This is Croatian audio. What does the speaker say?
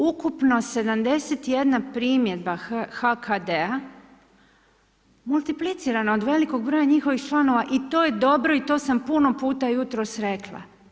Ukupno 71 primjedba HKD-a, multiplicirano od velikog broja njihovih članova i to je dobro i to sam puno puta jutros rekla.